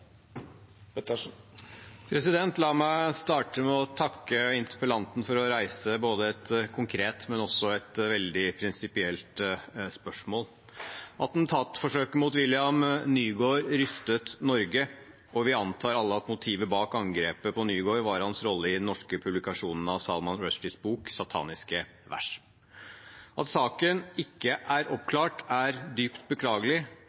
er uavhengig. La meg starte med å takke interpellanten for å reise både et konkret og også et veldig prinsipielt spørsmål. Attentatforsøket mot William Nygaard rystet Norge, og vi alle antar at motivet bak angrepet på Nygaard var hans rolle i den norske publikasjonen av Salman Rushdies bok Sataniske vers. At saken ikke er oppklart, er dypt beklagelig,